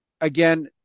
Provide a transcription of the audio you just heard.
again